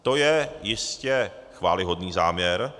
To je jistě chvályhodný záměr.